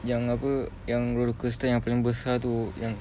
yang apa yang rollercoaster yang paling besar tu yang